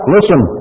Listen